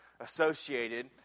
associated